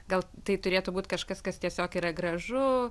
gal tai turėtų būt kažkas kas tiesiog yra gražu